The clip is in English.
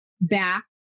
back